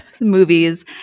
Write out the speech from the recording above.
movies